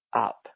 up